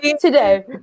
today